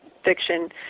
fiction